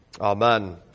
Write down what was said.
amen